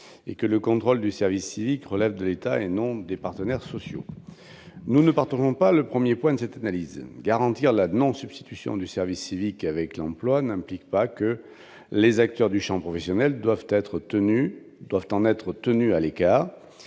et que le contrôle du service civique relèverait de l'État, et non des partenaires sociaux. Nous ne partageons pas le premier point de cette analyse : garantir la non-substitution du service civique à l'emploi n'implique pas que les acteurs du champ professionnel doivent en être tenus à l'écart